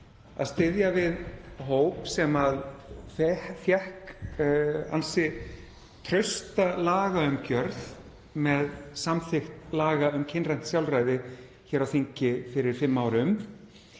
að styðja við hóp sem fékk ansi trausta lagaumgjörð með samþykkt laga um kynrænt sjálfræði hér á þingi fyrir fimm árum